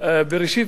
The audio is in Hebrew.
נחמן שי.